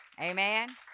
Amen